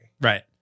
Right